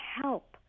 help